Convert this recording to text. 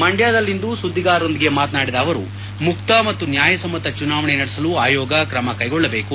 ಮಂಡ್ಕದಲ್ಲಿಂದು ಸುದ್ದಿಗಾರರೊಂದಿಗೆ ಮಾತನಾಡಿದ ಅವರು ಮುಕ್ತ ಮತ್ತು ನ್ಯಾಯ ಸಮ್ಮತ ಚುನಾವಣೆ ನಡೆಸಲು ಆಯೋಗ ಕ್ರಮ ಕೈಗೊಳ್ಳಬೇಕು